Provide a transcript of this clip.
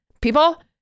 people